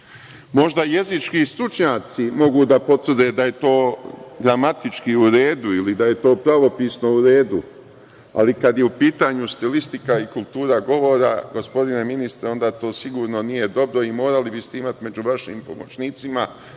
Možda jezički stručnjaci mogu da potvrde da je to gramatički u redu ili da je to pravopisno u redu, ali kada je u pitanju stilistika i kultura govora, gospodine ministre, onda to sigurno nije dobro i morali biste imati među vašim pomoćnicima